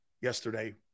Yesterday